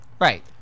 Right